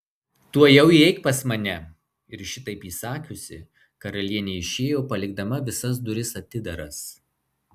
tuojau įeik pas mane ir šitaip įsakiusi karalienė išėjo palikdama visas duris atidaras